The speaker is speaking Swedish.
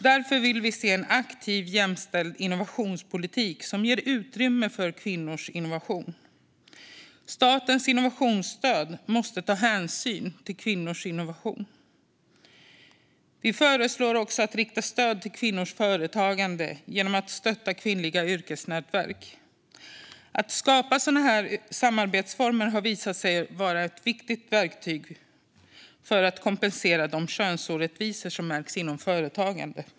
Därför vill vi se en aktiv, jämställd innovationspolitik som ger utrymme till kvinnors innovation. Statens innovationsstöd måste ta hänsyn till kvinnors innovation. Vi föreslår också att man ska rikta stöd till kvinnors företagande genom att stötta kvinnliga yrkesnätverk. Att skapa sådana samarbetsformer har visat sig vara ett viktigt verktyg för att kompensera de könsorättvisor som märks inom företagande.